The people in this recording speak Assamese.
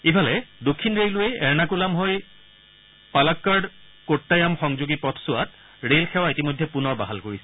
ইফালে দক্ষিণ ৰেলৱেই এৰ্ণকূলাম হৈ পালাক্কড় কোটায়ম সংযোগী পথছোৱাত ৰেলসেৱা ইতিমধ্যে পুনৰ বাহাল কৰিছে